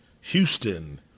Houston